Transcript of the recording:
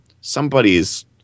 somebody's